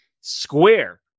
square